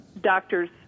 doctors